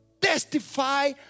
testify